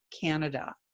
Canada